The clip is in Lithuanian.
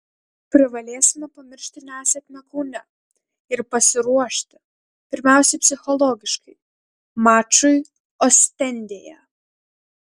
privalėsime pamiršti nesėkmę kaune ir pasiruošti pirmiausiai psichologiškai mačui ostendėje